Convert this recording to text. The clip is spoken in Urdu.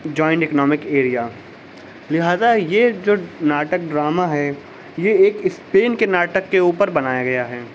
جوائن اکنامک ایریا لہٰذا یہ جو ناٹک ڈرامہ ہے یہ ایک اسپین کے ناٹک کے اوپر بنایا گیا ہے